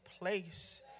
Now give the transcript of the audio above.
place